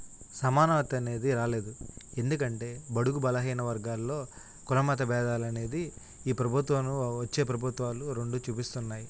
సమానత అనేది రాలేదు ఎందుకంటే బడుగు బలహీన వర్గాలలో కులమత భేదాలు అనేది ఈ ప్రభుత్వం వచ్చే ప్రభుత్వాలు రెండు చూపిస్తున్నాయి